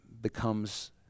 becomes